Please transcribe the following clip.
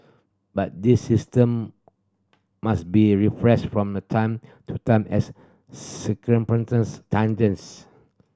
but this system must be refreshed from the time to time as circumstance changes